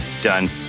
done